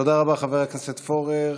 תודה רבה, חבר הכנסת פורר.